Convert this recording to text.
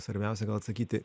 svarbiausia gal atsakyti